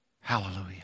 hallelujah